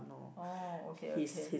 oh okay okay